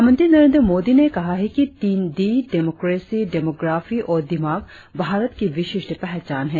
प्रधानमंत्री नरेंद्र मोदी ने कहा है कि तीन डी डेमोक्रेसी डेमोग्राफी और दिमाग भारत की विशिष्ट पहचान है